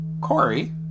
Corey